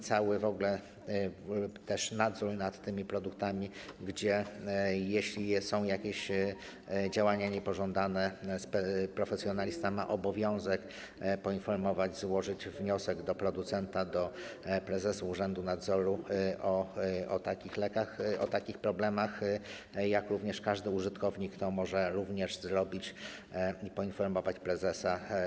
Chodzi też ogóle o cały nadzór nad tymi produktami, gdzie jeśli są jakieś działania niepożądane, profesjonalista ma obowiązek poinformować, złożyć wniosek do producenta, do prezesa urzędu nadzoru o takich lekach, o takich problemach, jak również każdy użytkownik to może zrobić i poinformować prezesa.